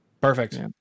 perfect